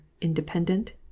Independent